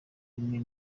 imwe